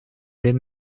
did